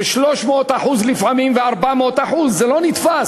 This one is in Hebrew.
יש פה פערי תיווך של 300% ולפעמים של 400%. זה לא נתפס.